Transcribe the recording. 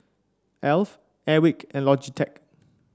Alf Airwick and Logitech